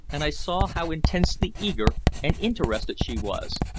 and i saw how intensely eager and interested she was,